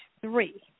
three